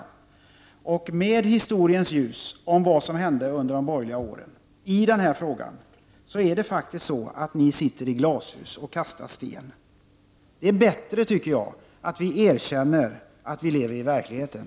I ljuset av historien, av vad som hände under de borgerliga åren i denna fråga, kan man fåktiskt säga att ni sitter i glashus och kastar sten. Det är bättre att vi erkänner att vi lever i verkligheten.